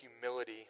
humility